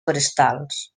forestals